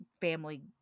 family